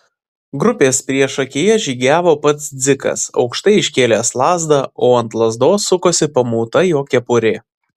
grupės priešakyje žygiavo pats dzikas aukštai iškėlęs lazdą o ant lazdos sukosi pamauta jo kepurė